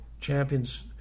Champion's